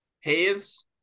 Hayes